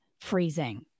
freezing